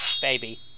baby